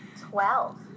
Twelve